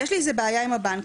יש לי איזו בעיה עם הבנק,